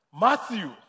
Matthew